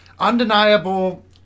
undeniable